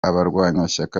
abarwanashyaka